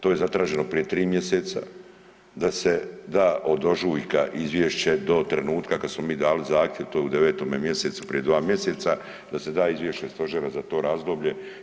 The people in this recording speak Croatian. To je zatraženo prije tri mjeseca, da se da od ožujka izvješće do trenutka kada smo mi dali zahtjev to je u 9 mjesecu, prije dva mjeseca da se da izvješće Stožera za to razdoblje.